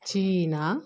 China